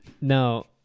Now